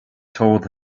told